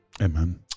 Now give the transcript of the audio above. Amen